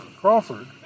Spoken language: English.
Crawford